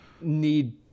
need